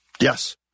Yes